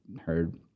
heard